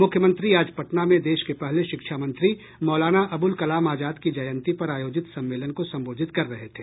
मुख्यमंत्री आज पटना में देश के पहले शिक्षा मंत्री मौलाना अबूल कलाम आजाद की जयंती पर आयोजित सम्मेलन को संबोधित कर रहे थे